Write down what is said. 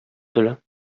cela